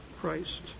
Christ